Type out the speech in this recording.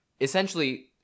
Essentially